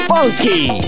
Funky